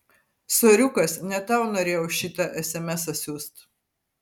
soriukas ne tau norėjau šitą esemesą siųst